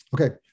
Okay